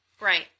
Right